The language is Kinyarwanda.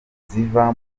ziva